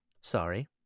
sorry